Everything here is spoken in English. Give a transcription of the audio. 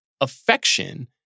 affection